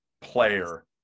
player